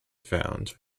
found